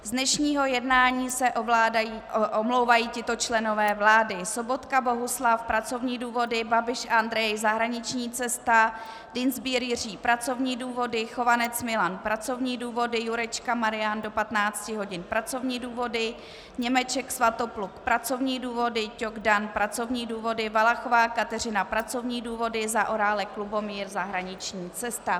Z dnešního jednání se omlouvají tito členové vlády: Sobotka Bohuslav pracovní důvody, Babiš Andrej zahraniční cesta, Dienstbier Jiří pracovní důvody, Chovanec Milan pracovní důvody, Jurečka Marian do 15.00 hodin pracovní důvody, Němeček Svatopluk pracovní důvody, Ťok Dan pracovní důvody, Valachová Kateřina pracovní důvody, Zaorálek Lubomír zahraniční cesta.